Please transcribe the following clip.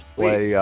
play